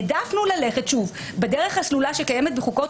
העדפנו ללכת בדרך הסלולה שקיימת בחוקות